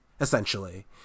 essentially